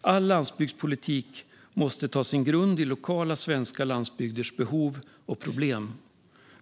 All landsbygdspolitik måste ta sin grund i lokala svenska landsbygders behov och problem.